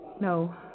No